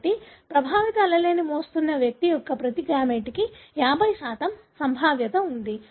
కాబట్టి ప్రభావిత allele మోస్తున్న వ్యక్తి యొక్క ప్రతి గామేట్కి 50 సంభావ్యత ఉంది